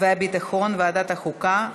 והביטחון וועדת החוקה,